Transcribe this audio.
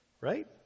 Right